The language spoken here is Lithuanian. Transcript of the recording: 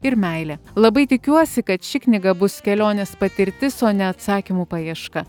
ir meilė labai tikiuosi kad ši knyga bus kelionės patirtis o ne atsakymų paieška